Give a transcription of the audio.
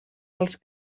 els